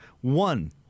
One